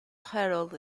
harold